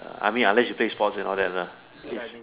I mean unless you play sport and all that lah